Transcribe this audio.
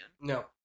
No